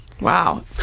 Wow